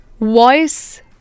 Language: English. voice